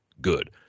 good